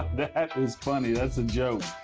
that is funny. that's a joke.